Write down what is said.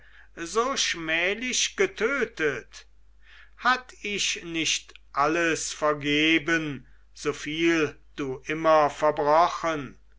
so schmählich getötet hatt ich nicht alles vergeben so viel du immer verbrochen